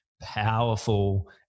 powerful